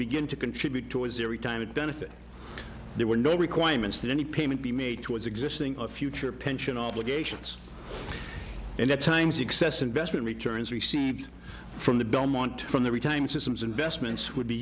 begin to contribute towards every time of benefit there were no requirements that any payment be made to existing a future pension obligations and at times the excess investment returns received from the belmont from every time systems investments would be